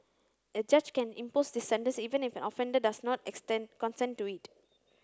a judge can impose this sentence even if an offender does not consent to it